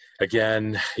Again